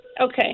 Okay